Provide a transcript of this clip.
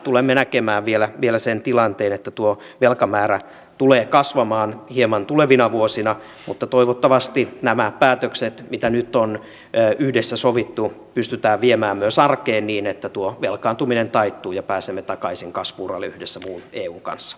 tulemme näkemään vielä sen tilanteen että tuo velkamäärä tulee kasvamaan hieman tulevina vuosina mutta toivottavasti nämä päätökset mitä nyt on yhdessä sovittu pystytään viemään myös arkeen niin että tuo velkaantuminen taittuu ja pääsemme takaisin kasvu uralle yhdessä muun eun kanssa